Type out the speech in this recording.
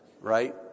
right